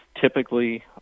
Typically